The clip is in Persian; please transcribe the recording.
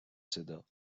صدا